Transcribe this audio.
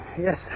Yes